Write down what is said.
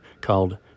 called